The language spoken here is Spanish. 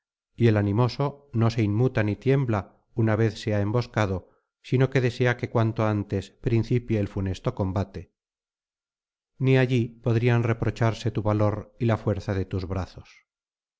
y el animoso no se inmuta ni tiembla una vez se ha emboscado sino que desea que cuanto antes principie el funesto combate ni allí podrían reprocharse tu valor y la fuerza de tus brazos